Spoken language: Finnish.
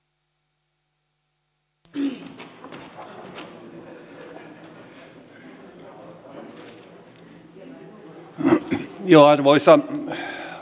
arvoisa puhemies